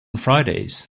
fridays